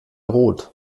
rot